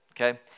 okay